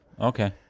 Okay